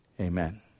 Amen